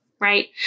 Right